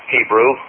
Hebrew